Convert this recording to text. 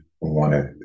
wanted